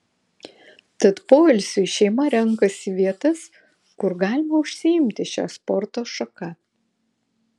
tad poilsiui šeima renkasi vietas kur galima užsiimti šia sporto šaka